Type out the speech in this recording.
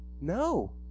no